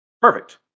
Perfect